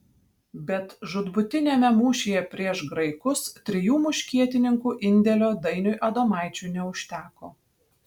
bet žūtbūtiniame mūšyje prieš graikus trijų muškietininkų indėlio dainiui adomaičiui neužteko